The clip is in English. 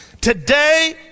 Today